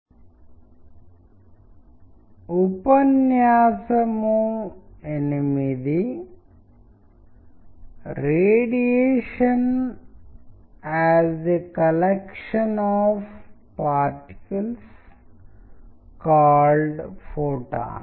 hello friends ఈ రోజు మనం మల్టీమీడియా ప్రెజెంటేషన్ అండర్స్టాండింగ్ ది బేసిక్స్Multimedia Presentation Understanding the Basics గురించి చూడబోతున్నాం